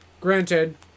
Granted